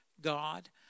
God